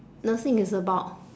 nursing is about